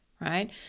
Right